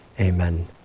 Amen